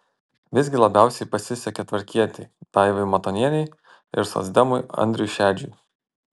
visgi labiausiai pasisekė tvarkietei daivai matonienei ir socdemui andriui šedžiui